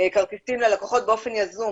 כרטיסים ללקוחות באופן יזום.